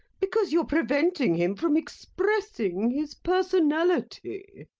because you're preventing him from expressing his personality.